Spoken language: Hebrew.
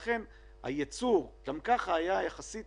לכן הייצור גם כך היה יחסית